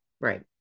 right